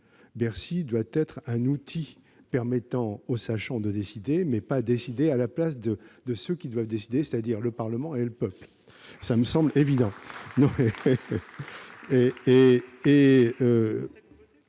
qu'il doit rester un outil permettant aux sachants de décider, et non décider à la place de ceux qui doivent le faire, c'est-à-dire le Parlement et le peuple. Cela me paraît évident.